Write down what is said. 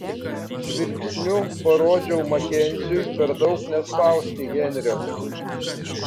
žvilgsniu parodžiau makenziui per daug nespausti henrio